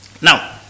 Now